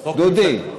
דודי.